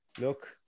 Look